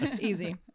easy